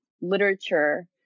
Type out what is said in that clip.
literature